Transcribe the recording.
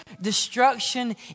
destruction